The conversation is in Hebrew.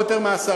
לא יותר מ-10%,